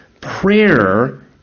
prayer